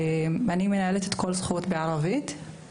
אני מנהלת את "כל זכות" בערבית.